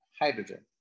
hydrogen